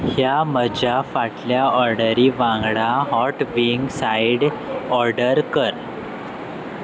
ह्या म्हज्या फाटल्या ऑर्डरी वांगडा हॉट विंग सायड ऑर्डर कर